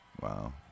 Wow